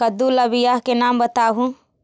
कददु ला बियाह के नाम बताहु?